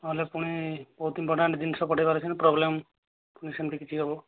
ନହେଲେ ପୁଣି ବହୁତ ଜିନିଷ ପଠେଇବାର ଅଛି ନା ପ୍ରୋବ୍ଲେମ୍ ପୁଣି ସେମତି କିଛି ହେବ